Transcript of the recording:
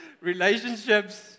Relationships